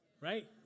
right